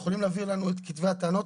יכולים להעביר לנו את כתבי הטענות.